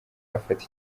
afata